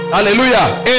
Hallelujah